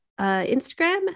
Instagram